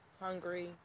hungry